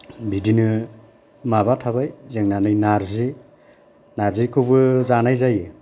बिदिनो माबा थाबाय जोंना नै नारजि नारजिखौबो जानाय जायो